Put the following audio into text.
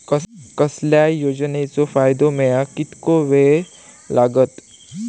कसल्याय योजनेचो फायदो मेळाक कितको वेळ लागत?